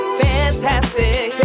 fantastic